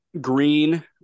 Green